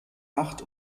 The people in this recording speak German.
acht